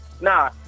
nah